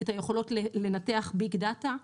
את היכולות לנתח "ביג דאטה".